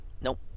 Nope